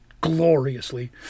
gloriously